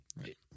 Right